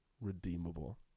redeemable